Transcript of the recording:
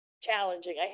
challenging